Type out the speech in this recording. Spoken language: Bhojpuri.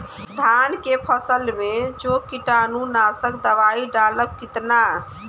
धान के फसल मे जो कीटानु नाशक दवाई डालब कितना?